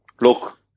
look